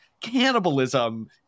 cannibalism